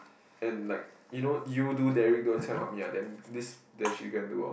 and like you know you do Derrick help me ah then this then she can do lor